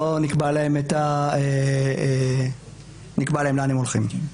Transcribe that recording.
לא נקבע להם לאן הם הולכים.